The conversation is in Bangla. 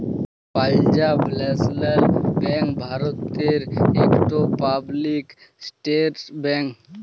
পালজাব ল্যাশলাল ব্যাংক ভারতের ইকট পাবলিক সেক্টর ব্যাংক